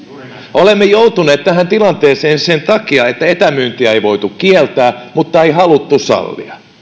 olemme joutuneet tähän tilanteeseen sen takia että etämyyntiä ei voitu kieltää mutta ei haluttu sallia